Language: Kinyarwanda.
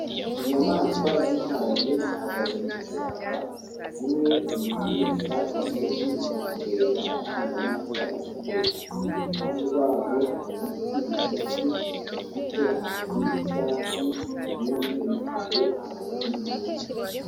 Inyamaswa z'imparage zihagaze mu ishyamba, zimwe ziri kurisha izindi ziri kureba ko nta nyamaswa izitera. Iruhande rwazo hari ibiti bigufi bifite amababi y'icyatsi, ibindi bifite amababi yumye.